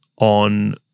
on